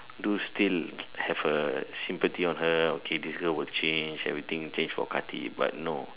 do still have a sympathy on her okay this girl will change everything change for Karthik but no